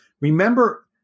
remember